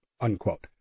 unquote